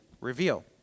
reveal